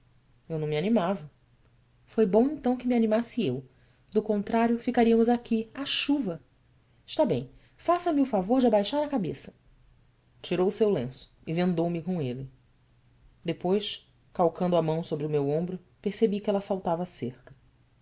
eu não me animava oi bom então que me animasse eu do contrário ficaríamos aqui à chuva está bem faça-me o favor de abaixar a cabeça tirou o seu lenço e vendou me com ele depois calcando a mão sobre o meu ombro percebi que ela saltava a cerca